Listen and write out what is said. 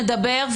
נדבר.